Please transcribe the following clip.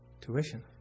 Tuition